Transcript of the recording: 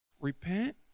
Repent